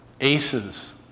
Aces